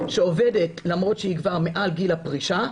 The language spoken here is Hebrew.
שעובדת למרות שהיא כבר מעל גיל הפרישה,